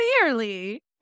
clearly